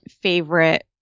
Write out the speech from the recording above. favorite